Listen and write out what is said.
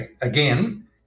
again